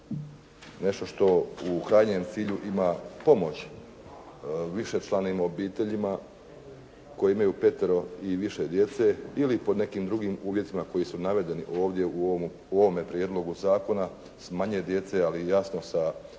nešto što u krajnjem cilju ima pomoć višečlanim obiteljima koji imaju petero ili više djece ili pod nekim drugim uvjetima koji su navedeni ovdje u ovome prijedlogu zakona s manje djece ali jasno sa